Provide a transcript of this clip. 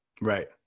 Right